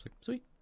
sweet